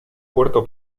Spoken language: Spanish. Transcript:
puerto